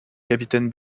capitaine